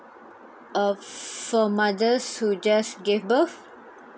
uh for mother who just gave birth